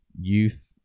youth